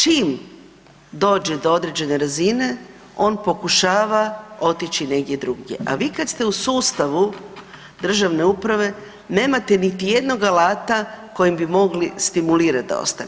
Čim dođe do određene razine on pokušava otići negdje drugdje, a vi kad ste u sustavu državne uprave nemate niti jednog alata kojim bi mogli stimulirat da ostane.